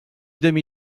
demi